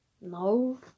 No